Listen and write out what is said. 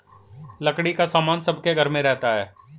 लकड़ी का सामान सबके घर में रहता है